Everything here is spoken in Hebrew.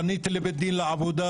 פניתי לבית דין לעבודה,